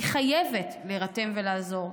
היא חייבת להירתם ולעזור.